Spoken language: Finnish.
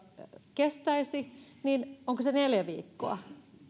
kestäisi niin onko se neljä viikkoa